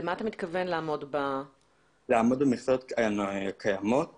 לעמוד במכסות קיימות